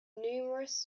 numerous